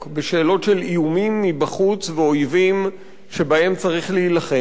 בשאלות של איומים מבחוץ ואויבים שבהם צריך להילחם,